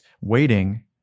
waiting